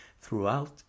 throughout